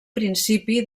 principi